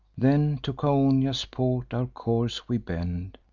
then to chaonia's port our course we bend,